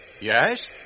Yes